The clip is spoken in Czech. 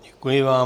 Děkuji vám.